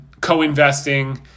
co-investing